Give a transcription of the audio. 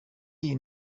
iyi